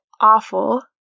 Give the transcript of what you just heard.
awful